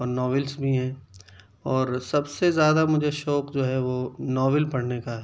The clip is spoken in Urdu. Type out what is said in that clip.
اور ناولس بھی ہیں اور سب سے زیادہ مجھے شوق جو ہے وہ ناول پڑھنے کا ہے